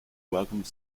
welcome